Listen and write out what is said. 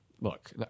look